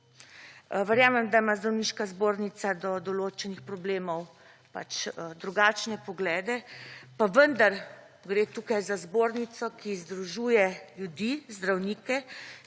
Verjamem, da ima zdravniška zborica do določenih problemov pač drugačne poglede, pa vendar gre tukaj za zbornico, ki združuje ljudi, zdravnike,